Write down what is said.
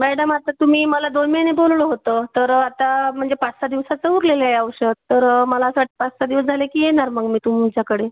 madam आता तुम्ही मला दोन महिने बोलवलं होतं तर आता म्हणजे पाचसहा दिवसाचं उरलेलं आहे औषध तर मला असं वाटतं पाचसहा दिवस झाले की येणार मग मी तुमच्याकडे